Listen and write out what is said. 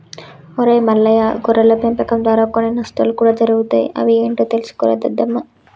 ఒరై మల్లయ్య గొర్రెల పెంపకం దారా కొన్ని నష్టాలు కూడా జరుగుతాయి అవి ఏంటో తెలుసుకోరా దద్దమ్మ